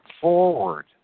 forward